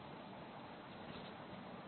a nxn an 1xn 1